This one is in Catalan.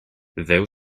déu